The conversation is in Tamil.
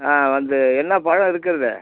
ஆ வந்து என்ன பழம் இருக்குது